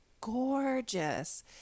gorgeous